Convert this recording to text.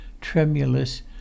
tremulous